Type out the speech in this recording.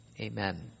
amen